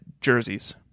jerseys